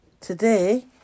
today